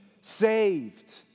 saved